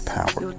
power